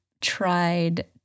tried